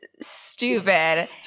stupid